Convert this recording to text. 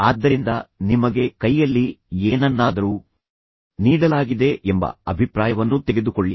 ಆದ್ದರಿಂದ ನಿಮಗೆ ಕೈಯಲ್ಲಿ ಏನನ್ನಾದರೂ ನೀಡಲಾಗಿದೆ ಎಂಬ ಅಭಿಪ್ರಾಯವನ್ನು ತೆಗೆದುಕೊಳ್ಳಿ